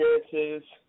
experiences